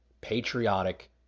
patriotic